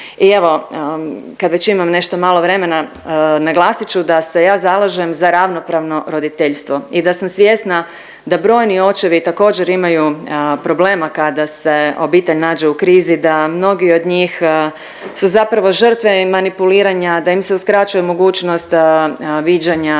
I evo, kad već imam nešto malo vremena, naglasit ću da se ja zalažem za ravnopravno roditeljstvo i da sam svjesna da brojni očevi također imaju problema kada se obitelj nađe u krizi, da mnogi od njih su zapravo žrtve manipuliranja, da im se uskraćuje mogućnost viđanja